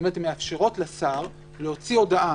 הן מאפשרות לשר להוציא הודעה.